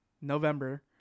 November